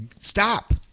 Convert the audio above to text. Stop